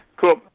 cool